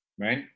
right